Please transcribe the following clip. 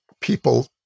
people